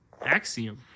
Axiom